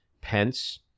Pence